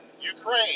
Ukraine